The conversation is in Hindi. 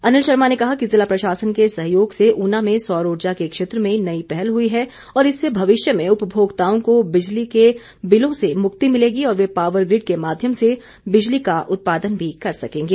अनिल शर्मा ने कहा कि ज़िला प्रशासन के सहयोग से ऊना में सौर ऊर्जा के क्षेत्र में नई पहल हुई है और इससे भविष्य में उपभोक्ताओं को बिजली के बिलों से मुक्ति मिलेगी और वे पावर ग्रिड के माध्यम से बिजली का उत्पादन भी कर सकेंगे